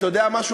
אתה יודע משהו,